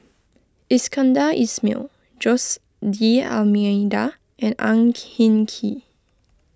Iskandar Ismail Jose D'Almeida and Ang Hin Kee